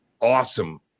awesome